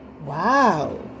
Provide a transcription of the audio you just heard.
wow